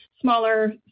smaller